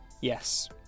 Yes